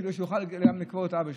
כדי שהוא יוכל גם לקבור את אבא שלו.